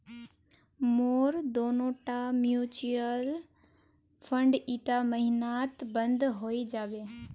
मोर दोनोटा mutual fund ईटा महिनात बंद हइ जाबे